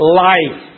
life